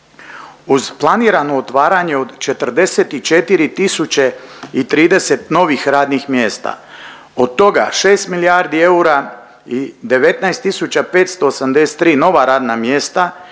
Uz planirano otvaranje od 44 tisuće i 30 novih radnih mjesta od toga 6 milijardi eura i 19 tisuća 583 nova radna mjesta